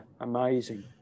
amazing